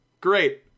great